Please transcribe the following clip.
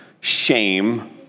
shame